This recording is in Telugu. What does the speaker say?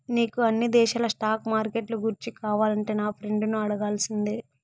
నీకు అన్ని దేశాల స్టాక్ మార్కెట్లు గూర్చి కావాలంటే నా ఫ్రెండును అడగాల్సిందే